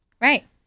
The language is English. Right